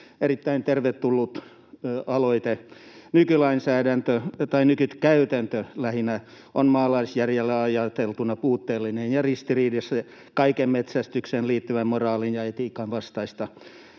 erittäin tervetullut aloite. Nykylainsäädäntö, tai lähinnä nykykäytäntö, on maalaisjärjellä ajateltuna puutteellinen ja ristiriidassa, kaiken metsästykseen liittyvän moraalin ja etiikan vastaista.